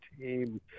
team